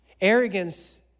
Arrogance